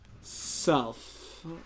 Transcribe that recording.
self